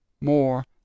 more